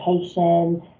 education